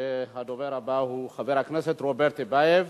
הדובר הבא הוא חבר הכנסת רוברט טיבייב.